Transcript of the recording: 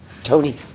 Tony